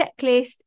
checklist